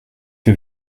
que